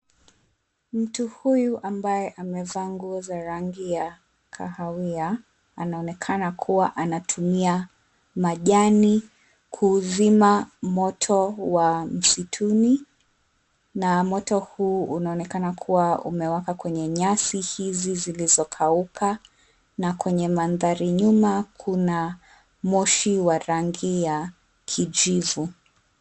Mtu huyu ambaye amevaa nguo za rangi ya kahawia anaonekana kuwa anatumia majani kuuzima moto wa msituni na moto huu unaonekana kuwa umewaka kwenye nyasi hizi zilizokauka na kwenye mandhari nyuma kuna moshi wa rangi ya kijivu.